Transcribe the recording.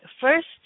first